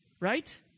Right